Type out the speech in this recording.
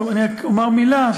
אני רק אומר מילה.